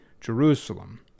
Jerusalem